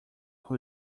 who